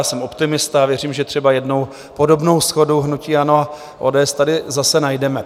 Jsem optimista a věřím, že třeba jednou podobnou shodu hnutí ANO a ODS tady zase najdeme.